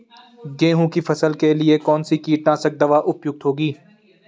गेहूँ की फसल के लिए कौन सी कीटनाशक दवा उपयुक्त होगी?